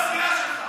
יושב-ראש הסיעה שלך.